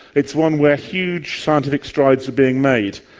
it's one where huge scientific strides are being made.